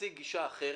הציג גישה אחרת